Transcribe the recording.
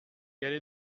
aller